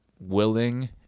willing